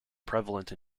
prevalent